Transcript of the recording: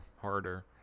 Harder